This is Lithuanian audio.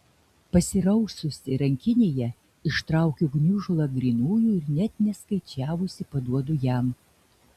pasiraususi rankinėje ištraukiu gniužulą grynųjų ir net neskaičiavusi paduodu jam